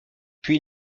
puis